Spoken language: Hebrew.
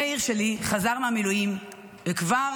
מאיר שלי חזר מהמילואים וכבר